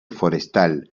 forestal